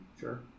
Sure